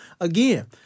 again